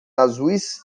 azuis